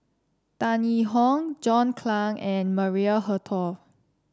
Tan Yee Hong John Clang and Maria Hertogh